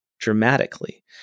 Dramatically